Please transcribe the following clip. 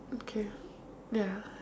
okay ya